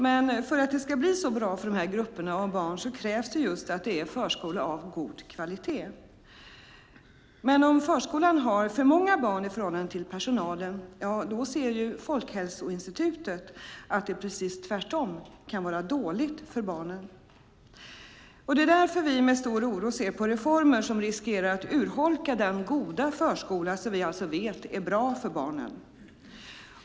Men för att det ska bli så bra för de grupperna av barn krävs det just att förskolan är av god kvalitet. Om förskolan har för många barn i förhållande till personalen ser Folkhälsoinstitutet att det precis tvärtom kan vara dåligt för barnen. Det är därför vi med stor oro ser på reformer som riskerar att urholka den goda förskola som vi alltså vet är bra för barnen.